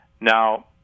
Now